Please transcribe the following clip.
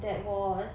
that was